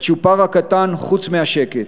הצ'ופר הקטן חוץ מהשקט